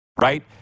right